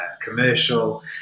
commercial